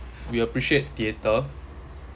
will appreciate theatre